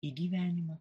į gyvenimo